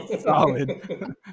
Solid